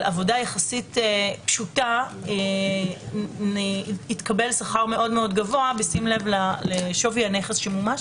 עבודה יחסית פשוטה יתקבל שכר מאוד מאוד גבוה בשים לב לשווי הנכס שמומש?